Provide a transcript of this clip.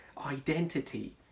Identity